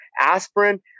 aspirin